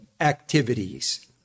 activities